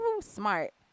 smart